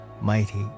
Mighty